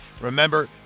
remember